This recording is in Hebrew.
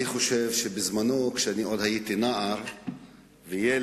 אני חושב שבעבר, כשהייתי עוד נער וילד,